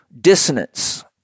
dissonance